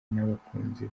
n’abakunzi